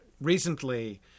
recently